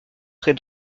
près